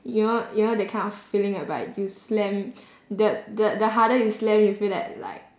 you know you know that kind of feeling whereby you slam the the the harder you slam you feel that like